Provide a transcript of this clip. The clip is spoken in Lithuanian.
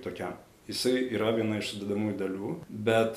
tokiam jisai yra viena iš sudedamųjų dalių bet